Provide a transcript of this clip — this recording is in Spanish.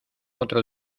otro